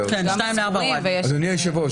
אדוני היושב-ראש,